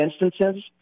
instances